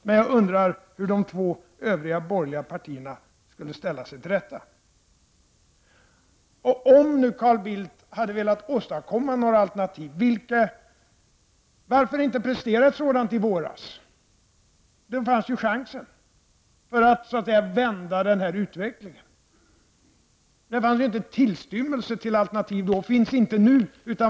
Men jag undrar hur de två övriga borgerliga partierna skulle ställa sig till detta. Om nu Carl Bildt hade velat åstadkomma några alternativ, varför inte prestera ett sådant i våras? Då hade man ju chansen att så att säga vända den här utvecklingen. Det fanns inte tillstymmelse till alternativ då — och finns inte nu.